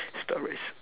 stories